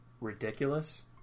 ridiculous